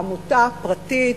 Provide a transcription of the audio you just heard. עמותה פרטית,